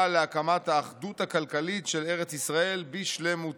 להקמת האחדות הכלכלית של ארץ ישראל בשלמותה.